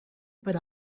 per